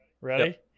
Ready